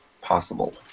possible